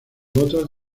botas